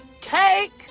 cake